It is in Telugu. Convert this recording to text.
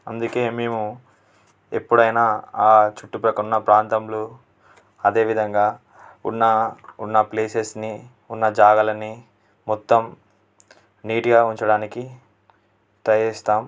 అందుకే మేము ఎప్పుడైనా ఆ చుట్టుపక్కల ఉన్న ప్రాంతాలు అదే విధంగా ఉన్న ఉన్న ప్లేసెస్ని ఉన్న జాగాలని మొత్తం నీట్గా ఉంచడానికి ట్రై చేస్తాం